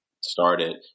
started